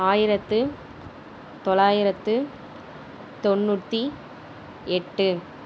ஆயிரத்து தொள்ளாயிரத்தி தொண்ணூற்றி எட்டு